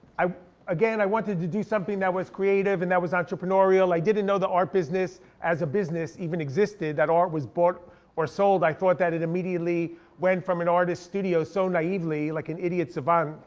again i wanted to do something that was creative and that was entrepreneurial. i didn't know the art business, as a business, even existed, that art was bought or sold. i thought that it immediately went from an artist studio, so naively like an idiot savant,